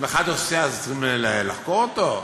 אם אחד עושה אז צריכים לחקור אותו?